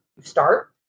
start